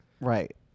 Right